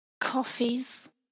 coffees